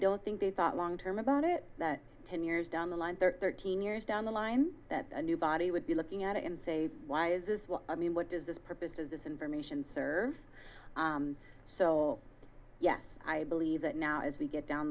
don't think they thought long term about it that ten years down the line thirteen years down the line that a new body would be looking at it and say why is this what i mean what does this purpose of this information serve so yes i believe that now as we get down